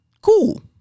Cool